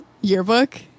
yearbook